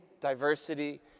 diversity